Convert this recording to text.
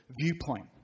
viewpoint